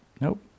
Nope